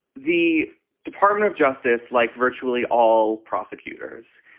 the department of justice, like virtually all prosecutors,